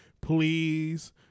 please